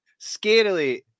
scarily